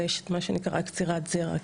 יש עניין של קצירת זרע.